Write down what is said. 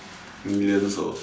millions orh